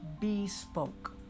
bespoke